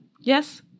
Yes